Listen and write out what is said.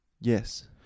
Yes